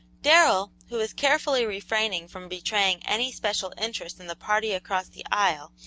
darrell, who was carefully refraining from betraying any special interest in the party across the aisle,